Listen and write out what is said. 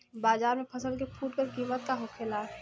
बाजार में फसल के फुटकर कीमत का होखेला?